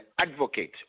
advocate